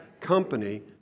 company